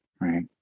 Right